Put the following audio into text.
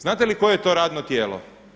Znate li koje je to radno tijelo?